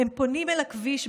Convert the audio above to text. // הם פונים אל הכביש,